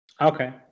Okay